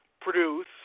produce